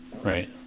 Right